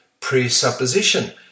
presupposition